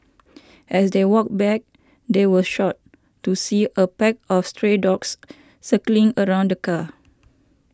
as they walked back they were shocked to see a pack of stray dogs circling around the car